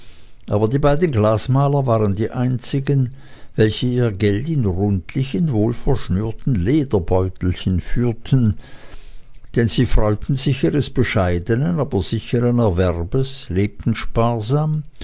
aber die beiden glasmaler waren die einzigen welche ihr geld in rundlichen wohlverschnürten lederbeutelchen führten denn sie freuten sich ihres bescheidenen aber sichern erwerbes lebten sparsam